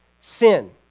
sin